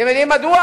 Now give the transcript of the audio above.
אתם יודעים מדוע?